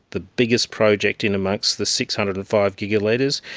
the biggest project in amongst the six hundred and five gigalitres,